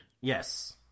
Yes